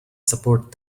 support